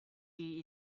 die